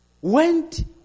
Went